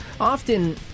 often